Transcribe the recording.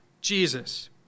Jesus